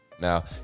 Now